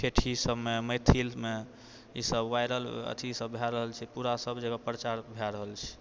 ठेठी सबमे मैथिलमे ई सब वायरल अथी सभ भए रहल छै पूरा सभ जगह प्रचार भए रहल छै